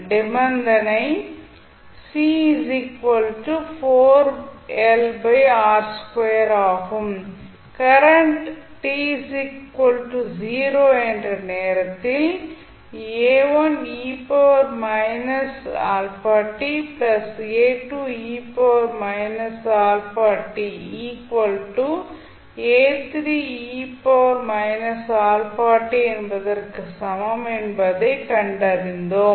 நிபந்தனை ஆகும் current t 0 என்ற நேரத்தில் என்பதற்கு சமம் என்பதை கண்டறிந்தோம்